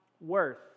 worth